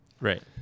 Right